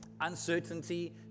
uncertainty